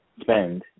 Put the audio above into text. spend